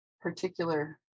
particular